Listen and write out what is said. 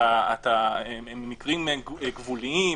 מקרים גבוליים,